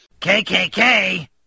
KKK